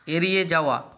এড়িয়ে যাওয়া